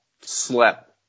slept